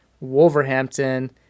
Wolverhampton